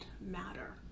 matter